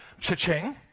Cha-ching